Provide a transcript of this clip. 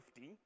50